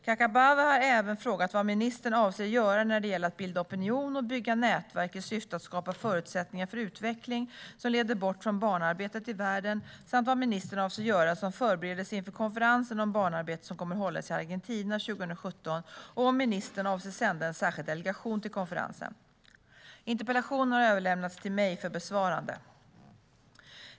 Kakabaveh har även frågat vad ministern avser att göra när det gäller att bilda opinion och bygga nätverk i syfte att skapa förutsättningar för utveckling som leder bort från barnarbetet i världen samt vad ministern avser att göra som förberedelse inför konferensen om barnarbete som kommer hållas i Argentina 2017 och om ministern avser att sända en särskild delegation till konferensen. Interpellationen har överlämnats till mig för besvarande.